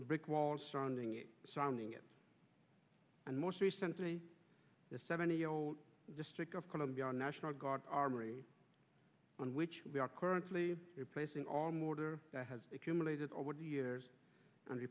brick walls surrounding surrounding it and most recent the seventy district of columbia national guard armory on which we are currently replacing all mortar that has accumulated over two years and